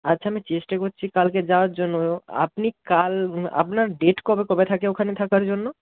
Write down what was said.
আচ্ছা আমি চেষ্টা করছি কালকে যাওয়ার জন্য আপনি কাল আপনার ডেট কবে কবে থাকে ওখানে থাকার জন্য